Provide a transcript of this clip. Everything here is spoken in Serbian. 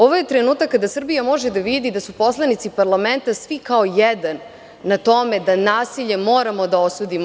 Ovo je trenutak kada Srbija može da vidi da su poslanici parlamenta svi kao jedan na tome da nasilje moramo javno da osudimo.